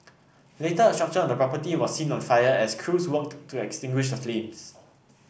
later a structure on the property was seen on fire as crews worked to extinguish the flames